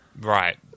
Right